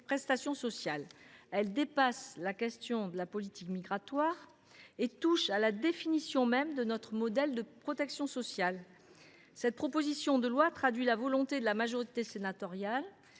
prestations sociales. Elle dépasse la question de la politique migratoire et touche à la définition même de notre modèle de protection sociale. Cette proposition de loi traduit une volonté que la majorité sénatoriale